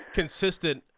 consistent